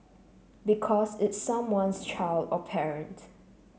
because it's someone's child or parent